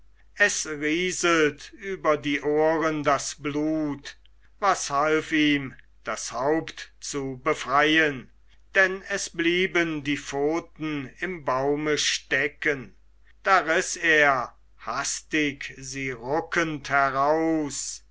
über die ohren das blut was half ihm das haupt zu befreien denn es blieben die pfoten im baume stecken da riß er hastig sie ruckend heraus